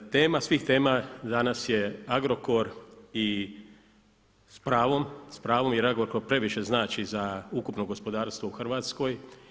Tema svih tema danas je Agrokor i s pravom, s pravom jer Agrokor previše znači za ukupno gospodarstvo u Hrvatskoj.